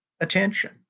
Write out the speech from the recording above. attention